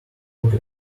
looked